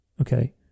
okay